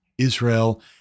Israel